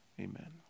amen